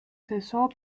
saison